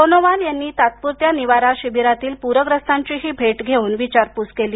सोनोवाल यांनी तात्पूरत्या निवारा शिबिरातील पूरग्रस्तांचीही भेट घेऊन विचारपूस केली